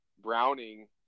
Browning –